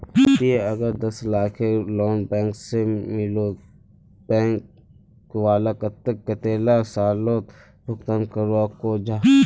ती अगर दस लाखेर लोन बैंक से लिलो ते बैंक वाला कतेक कतेला सालोत भुगतान करवा को जाहा?